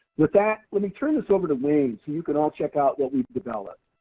with that, let me turn this over the wayne so you can all check out what we've developed.